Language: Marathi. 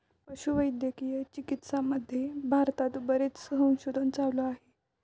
पशुवैद्यकीय चिकित्सामध्ये भारतात बरेच संशोधन चालू आहे